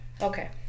Okay